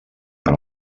per